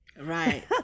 Right